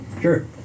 Sure